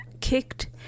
kicked